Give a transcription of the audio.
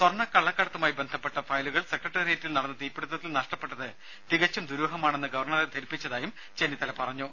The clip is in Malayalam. സ്വർണ്ണക്കള്ളക്കടത്തുമായി ബന്ധപ്പെട്ട ഫയലുകൾ സെക്രട്ടറിയേറ്റിൽ നടന്ന തീപിടുത്തത്തിൽ നഷ്ടപ്പെട്ടത് തികച്ചും ദുരൂഹമാണെന്ന് ഗവർണ്ണറെ ധരിപ്പിച്ചതായി ചെന്നിത്തല പറഞ്ഞു